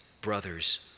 brothers